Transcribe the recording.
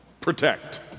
Protect